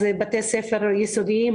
בתי ספר יסודיים,